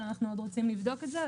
אבל אנחנו עוד רוצים לבדוק את זה,